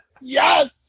yes